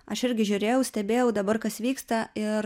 aš irgi žiūrėjau stebėjau dabar kas vyksta ir